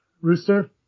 rooster